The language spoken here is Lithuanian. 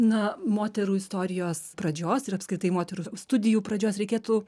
na moterų istorijos pradžios ir apskritai moterų studijų pradžios reikėtų